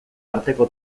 arteko